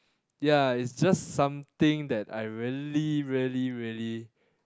ya is just something that I really really really